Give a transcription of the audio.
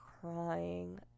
crying